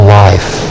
life